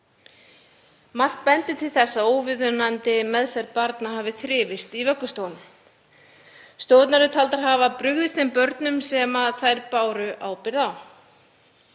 Margt bendir til þess að óviðunandi meðferð barna hafi þrifist á vöggustofum. Stofurnar eru taldar hafa brugðist þeim börnum sem þær báru ábyrgð á.